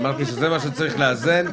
אמרתי שצריך לאזן.